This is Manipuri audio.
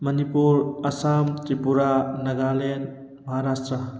ꯃꯅꯤꯄꯨꯔ ꯑꯁꯥꯝ ꯇ꯭ꯔꯤꯄꯨꯔꯥ ꯅꯥꯒꯥꯂꯦꯟ ꯃꯍꯥꯔꯥꯁꯇ꯭ꯔꯥ